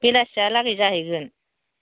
बेलासिहालागै जाहैगोन